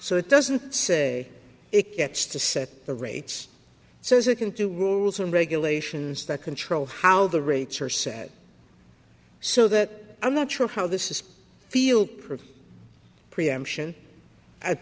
so it doesn't say it gets to set the rates so they can do rules and regulations that control how the rates are set so that i'm not sure how this is feel pretty preemption a